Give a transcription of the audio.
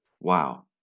Wow